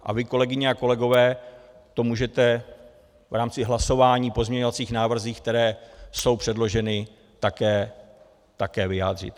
A vy, kolegyně a kolegové, to můžete v rámci hlasování o pozměňovacích návrzích, které jsou předloženy, také vyjádřit.